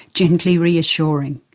gently reassuring.